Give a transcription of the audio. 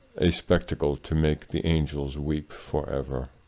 a spectacle to make the angels weep forever.